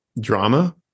drama